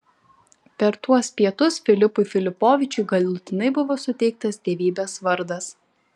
per tuos pietus filipui filipovičiui galutinai buvo suteiktas dievybės vardas